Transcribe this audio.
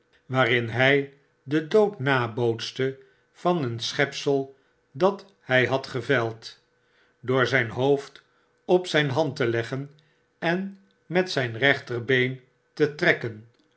waarin hy den dood nabootste van een schepsel dat hy had geveld door zyn hoofd op zyn hand te leggen en met zyn rechterbeen tetrekken